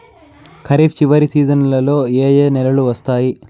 ఖరీఫ్ చివరి సీజన్లలో ఏ ఏ నెలలు వస్తాయి